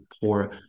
poor